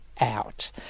out